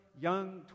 young